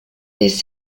des